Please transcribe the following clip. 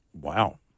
Wow